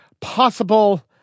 possible